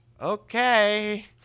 okay